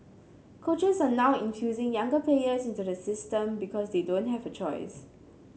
coaches are now infusing younger players into the system because they don't have a choice